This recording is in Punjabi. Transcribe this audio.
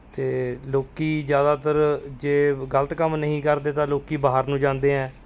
ਅਤੇ ਲੋਕੀਂ ਜ਼ਿਆਦਾਤਰ ਜੇ ਗਲਤ ਕੰਮ ਨਹੀਂ ਕਰਦੇ ਤਾਂ ਲੋਕੀਂ ਬਾਹਰ ਨੂੰ ਜਾਂਦੇ ਹੈ